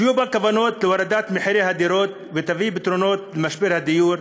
שיהיו בה כוונות להורדת מחירי הדירות ותביא פתרונות למשבר הדיור,